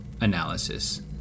analysis